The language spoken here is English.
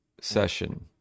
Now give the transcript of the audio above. Session